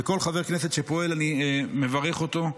וכל חבר כנסת שפועל, אני מברך אותו.